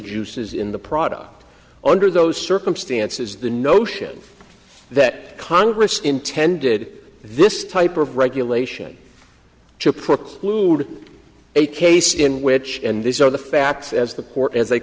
juices in the product under those circumstances the notion that congress intended this type of regulation to preclude a case in which and these are the facts as the court as they